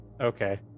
okay